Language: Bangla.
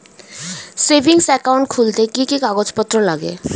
সেভিংস একাউন্ট খুলতে কি কি কাগজপত্র লাগে?